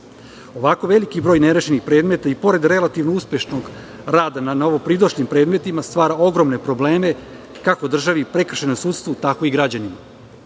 Ovako veliki broj nerešenih predmeta, i pored relativno uspešnog rada na novopridošlim predmetima, stvara ogromne probleme kako državi, prekršajnom sudstvu, tako i građanima. Na